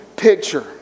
picture